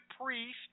priest